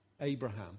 Abraham